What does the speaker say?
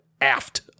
aft